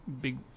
big